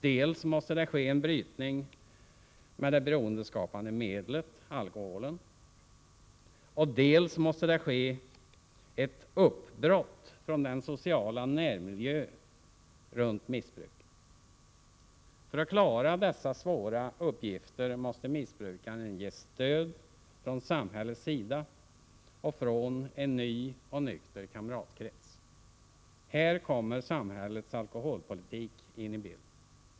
Dels måste det ske en brytning med det beroendeskapande medlet, alkoholen, dels måste det ske ett uppbrott från den sociala närmiljön runt missbruket. För att klara dessa svåra uppgifter måste missbrukaren ges stöd både från samhällets sida och från en ny och nykter kamratkrets. Här kommer samhällets alkoholpolitik in i bilden.